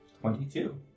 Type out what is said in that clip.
Twenty-two